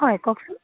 হয় কওকচোন